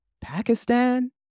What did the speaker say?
Pakistan